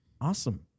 Awesome